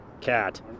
cat